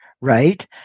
right